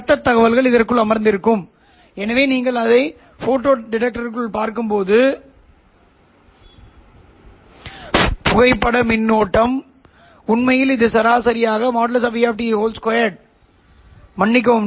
இடைநிலை அதிர்வெண்ணுடன் ஒப்பிடும்போது மிக அதிகம் அதே சமயம் இடைநிலை அதிர்வெண் வருகிறது இது cos A B காலமாகும்